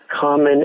common